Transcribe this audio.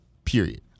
Period